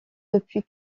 depuis